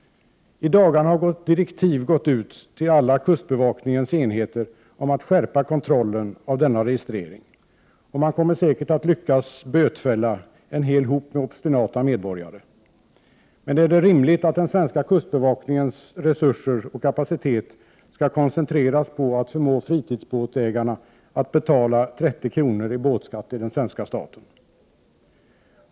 I dagarna har direktiv gått ut till kustbevakningens alla enheter om att skärpa kontrollen av denna registrering. Man kommer säkert att lyckas bötfälla en hel hop med obstinata medborgare. Men är det rimligt att den svenska kustbevakningens kapacitet skall koncentreras på att förmå fritidsbåtsägarna att betala 30 kr. i båtskatt till svenska staten?